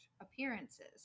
appearances